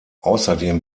außerdem